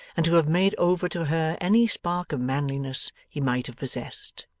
and to have made over to her any spark of manliness he might have possessed.